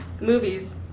Movies